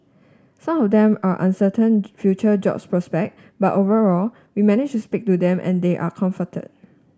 some of them are uncertain future job prospect but overall we managed to speak to them and they are comforted